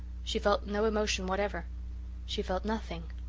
she felt no emotion whatever she felt nothing.